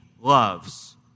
loves